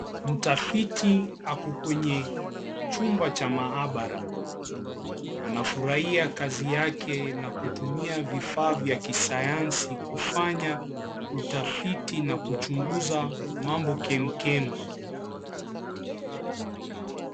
Mtafiti ako kwenye chumba cha mahabara, anafurahia kazi yake na kutumia vifaa vya kisayansi kufanya utafiti na kuchunguza mambo kemikemi.